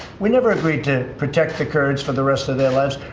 we never agreed to protect the kurds for the rest of their lives.